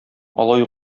алай